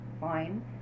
fine